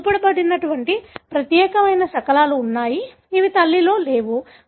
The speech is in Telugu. ఇక్కడ చూపబడినటువంటి ప్రత్యేకమైన శకలాలు ఉన్నాయి ఇవి తల్లిలో లేవు